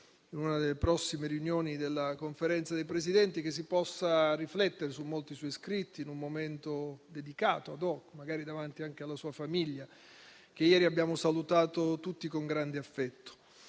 in una delle prossime riunioni della Conferenza dei Presidenti, che si possa riflettere su molti suoi scritti in un momento dedicato, *ad hoc*, magari davanti anche alla sua famiglia, che ieri abbiamo salutato tutti con grande affetto.